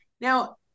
Now